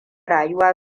rayuwa